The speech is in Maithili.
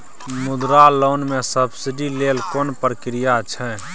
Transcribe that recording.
मुद्रा लोन म सब्सिडी लेल कोन प्रक्रिया छै?